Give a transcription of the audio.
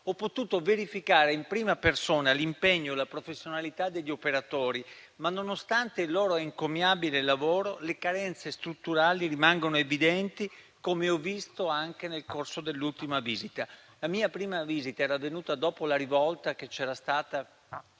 Ho potuto verificare in prima persona l'impegno e la professionalità degli operatori, ma, nonostante il loro encomiabile lavoro, le carenze strutturali rimangono evidenti, come ho visto anche nel corso dell'ultima visita. La mia prima visita era avvenuta dopo la rivolta che c'era stata